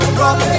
rock